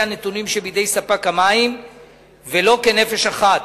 הנתונים שבידי ספק המים ולא כנפש אחת,